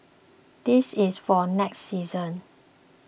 this is for next season